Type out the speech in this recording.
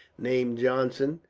named johnson,